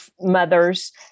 mothers